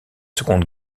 seconde